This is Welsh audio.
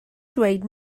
dweud